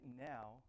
now